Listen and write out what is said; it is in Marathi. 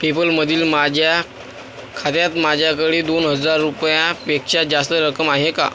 पेपलमधील माझ्या खात्यात माझ्याकडे दोन हजार रुपयांपेक्षा जास्त रक्कम आहे का